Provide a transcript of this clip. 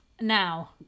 now